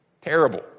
Terrible